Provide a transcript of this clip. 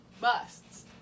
Busts